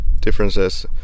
differences